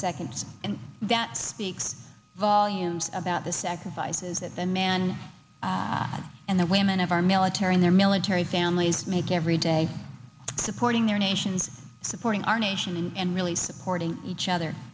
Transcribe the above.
seconds and that speaks volumes about the sacrifices that the man and the women of our military and their military families make every day supporting their nations supporting our nation and really supporting each other